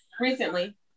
Recently